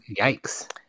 Yikes